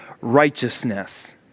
righteousness